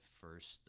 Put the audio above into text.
first